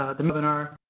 ah the webinar.